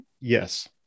Yes